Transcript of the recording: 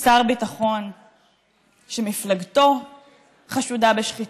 שר ביטחון שמפלגתו חשודה בשחיתות,